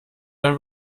dein